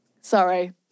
Sorry